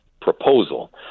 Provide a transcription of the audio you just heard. proposal